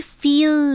feel